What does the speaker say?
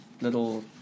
little